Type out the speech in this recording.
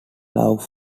love